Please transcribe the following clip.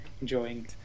enjoying